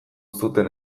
zuten